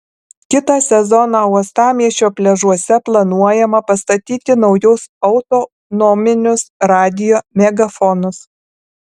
kitą sezoną uostamiesčio pliažuose planuojama pastatyti naujus autonominius radijo megafonus